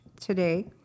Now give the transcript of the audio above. today